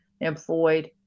employed